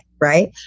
Right